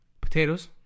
Potatoes